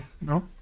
No